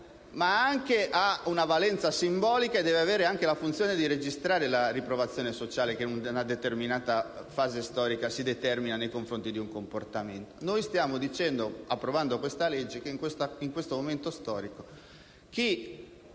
ha anche una valenza simbolica e deve svolgere anche la funzione di registrare la riprovazione sociale che, in una determinata fase storica, si determina nei confronti di un comportamento.